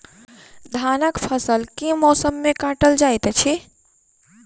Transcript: धानक फसल केँ मौसम मे काटल जाइत अछि?